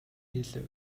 хэлэв